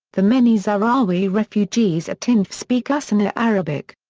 the many sahrawi refugees at tindouf speak hassaniya arabic.